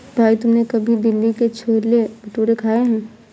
भाई तुमने कभी दिल्ली के छोले भटूरे खाए हैं?